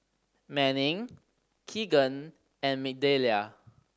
Manning Kegan and Migdalia